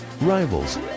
Rivals